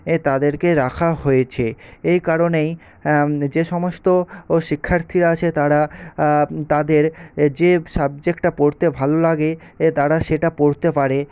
এ তাদেরকে রাখা হয়েছে এই কারণেই যে সমস্ত ও শিক্ষার্থীরা আছে তারা তাদের এ যে সাবজেক্টটা পড়তে ভালো লাগে এ তারা সেটা পড়তে পারে